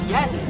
Yes